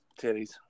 Titties